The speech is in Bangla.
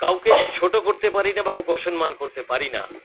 কাউকে ছোটো করতে পারি না বা কাউকে অসম্মান করতে পারি না